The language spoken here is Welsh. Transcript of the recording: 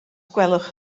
gwelwch